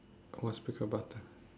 what speaker button